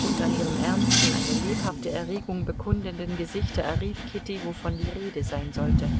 und an ihrem ernsten eine lebhafte erregung bekundenden gesichte erriet kitty wovon die rede sein sollte